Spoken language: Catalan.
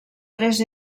tres